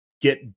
get